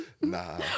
Nah